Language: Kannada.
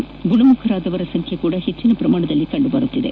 ಅದರಂತೆ ಗುಣಮುಖರಾದವರ ಸಂಖ್ಯೆಯೂ ಹೆಚ್ಚಿನ ಪ್ರಮಾಣದಲ್ಲಿ ಕಂಡು ಬರುತ್ತಿದೆ